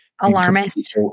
alarmist